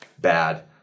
bad